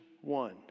one